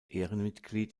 ehrenmitglied